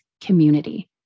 community